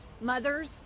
mothers